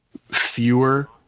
fewer